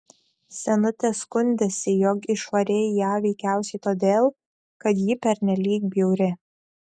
senutė skundėsi jog išvarei ją veikiausiai todėl kad ji pernelyg bjauri